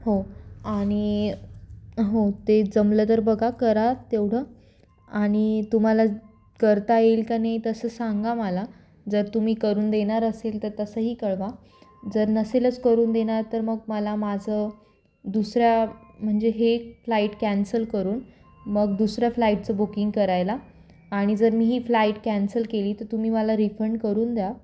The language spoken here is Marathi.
हो आणि हो ते जमलं तर बघा करा तेवढं आणि तुम्हाला करता येईल का नाही तसं सांगा मला जर तुम्ही करून देणार असेल तर तसंही कळवा जर नसेलच करून देणार तर मग मला माझं दुसऱ्या म्हणजे हे फ्लाईट कॅन्सल करून मग दुसऱ्या फ्लाईटचं बुकिंग करायला आणि जर मी ही फ्लाईट कॅन्सल केली तर तुम्ही मला रिफंड करून द्या